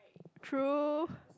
true